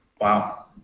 wow